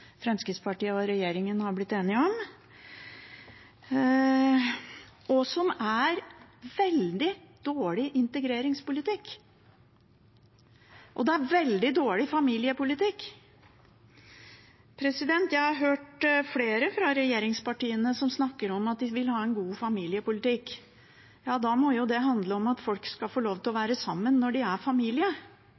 Fremskrittspartiet og regjeringen har blitt enige om, og som er veldig dårlig integreringspolitikk og veldig dårlig familiepolitikk. Jeg har hørt flere fra regjeringspartiene som snakker om at de vil ha en god familiepolitikk. Ja, da må jo det handle om at folk skal få lov til å være sammen når de er familie,